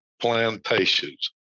plantations